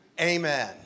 Amen